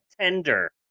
tender